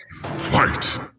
Fight